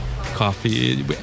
coffee